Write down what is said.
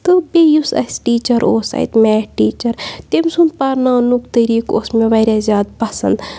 تہٕ بیٚیہِ یُس اَسہِ ٹیٖچَر اوس اَتہِ میتھ ٹیٖچَر تٔمۍ سُنٛد پَرناونُک طریٖقہٕ اوس مےٚ واریاہ زیادٕ پَسنٛد